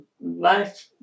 life